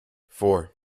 four